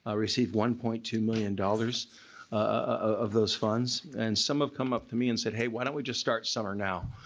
ah received one point two million dollars of those funds and some have come up to me and said hey why don't we just start summer now?